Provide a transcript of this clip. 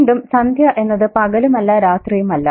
വീണ്ടും സന്ധ്യ എന്നത് പകലുമല്ല രാത്രിയുമല്ല